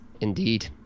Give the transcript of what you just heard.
Indeed